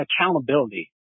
accountability